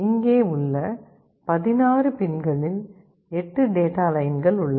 இங்கே உள்ள 16 பின்களில் 8 டேட்டா லைன்கள் உள்ளன